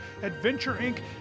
adventureinc